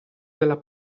della